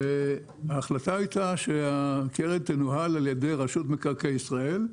ההחלטה הייתה שהקרן תנוהל על ידי רשות מקרקעי ישראל.